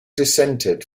dissented